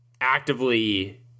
actively